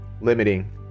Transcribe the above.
Limiting